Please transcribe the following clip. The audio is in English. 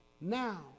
now